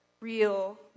real